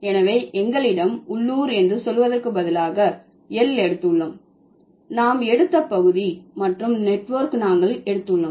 எனவே எங்களிடம் உள்ளூர் என்று சொல்வதற்கு பதிலாக எல் எடுத்துள்ளோம் நாம் எடுத்த பகுதி மற்றும் நெட்வொர்க் நாங்கள் எடுத்துள்ளோம்